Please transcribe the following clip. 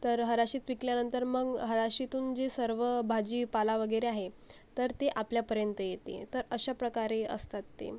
तर हराशीत विकल्यानंतर मंग हराशीतून जे सर्व भाजीपाला वगेरे आहे तर ते आपल्यापर्यंत येते तर अशा प्रकारे असतात ते